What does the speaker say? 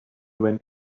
went